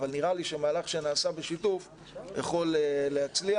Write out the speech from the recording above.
אבל נראה לי שמהלך שנעשה בשיתוף יכול להצליח